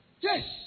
Yes